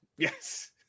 Yes